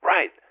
Right